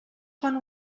quan